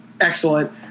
excellent